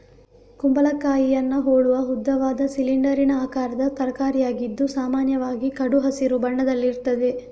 ಕುಂಬಳಕಾಯಿಯನ್ನ ಹೋಲುವ ಉದ್ದವಾದ, ಸಿಲಿಂಡರಿನ ಆಕಾರದ ತರಕಾರಿಯಾಗಿದ್ದು ಸಾಮಾನ್ಯವಾಗಿ ಕಡು ಹಸಿರು ಬಣ್ಣದಲ್ಲಿರ್ತದೆ